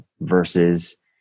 versus